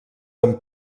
amb